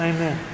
Amen